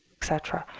et cetera?